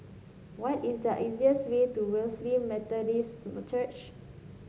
what is the easiest way to Wesley Methodist Church